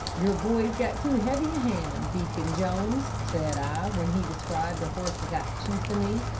your boy's got too heavy a hand, deacon jones said i, when he described the horse's actions to me.